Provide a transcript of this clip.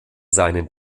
seinen